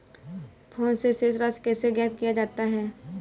Phone से शेष राशि कैसे ज्ञात किया जाता है?